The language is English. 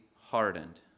hardened